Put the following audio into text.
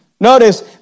notice